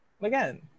Again